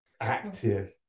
active